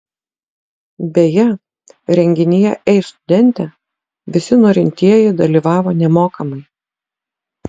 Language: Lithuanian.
beje renginyje ei studente visi norintieji dalyvavo nemokamai